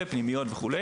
פנימיות וכו'.